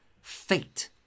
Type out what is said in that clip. Fate